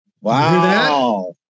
Wow